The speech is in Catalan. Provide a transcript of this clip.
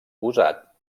usat